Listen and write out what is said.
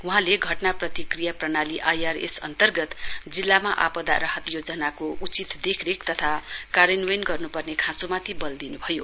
वहाँले घटना प्रतिक्रिया प्रणाली आइआरएस अन्तर्गत जिल्लामा आपदा राहत योजनाको उचित देखरेख तथा कार्यान्वयन गर्नुपर्ने खाँचोमाथि बल दिनुभयो